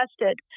tested